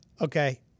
Okay